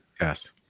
Yes